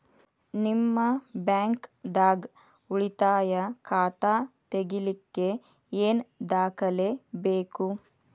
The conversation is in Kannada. ನಿಮ್ಮ ಬ್ಯಾಂಕ್ ದಾಗ್ ಉಳಿತಾಯ ಖಾತಾ ತೆಗಿಲಿಕ್ಕೆ ಏನ್ ದಾಖಲೆ ಬೇಕು?